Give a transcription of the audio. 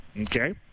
okay